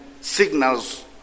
signals